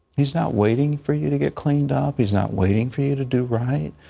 he's not waiting for you to get cleaned up. he's not waiting for you to do right.